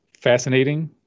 fascinating